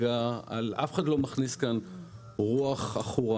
אף אחד לא מכניס כאן רוח עכורה,